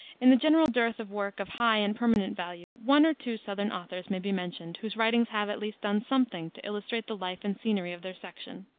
in the general dearth of work of high and permanent value, one or two southern authors may be mentioned whose writings have at least done something to illustrate the life and scenery of their section.